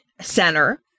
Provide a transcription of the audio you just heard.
center